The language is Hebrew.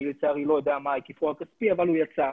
אני לצערי לא יודע מה היקפו הכספי, אבל הוא יצא.